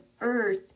earth